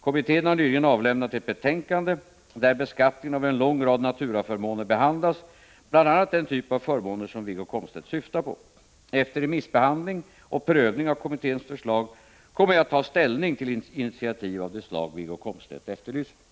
Kommittén har nyligen avlämnat ett betänkande där beskattningen av en lång rad naturaförmåner behandlas, bl.a. den typ av förmåner som Wiggo Komstedt syftar på. Efter remissbehandling och prövning av kommitténs förslag kommer jag att ta ställning till initiativ av det slag Wiggo Komstedt efterlyser.